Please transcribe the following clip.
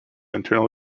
internal